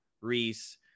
Reese